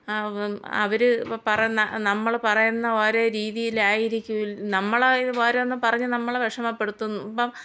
അവർ പറയുന്ന നമ്മൾ പറയുന്ന ഓരോ രീതിയിലായിരിക്കൂല്ല നമ്മളായി ഓരോന്നും പറഞ്ഞ് നമ്മളെ വിഷമപ്പെടുത്തുമ്പം